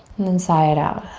and then sigh it out.